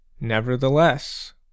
Nevertheless